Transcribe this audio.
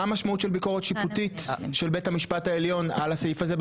מה המשמעות של ביקורת שיפוטית של בית המשפט העליון על הסעיף הזה,